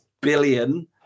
billion